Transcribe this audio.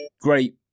great